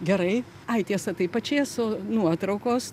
gerai ai tiesa tai pačėso nuotraukos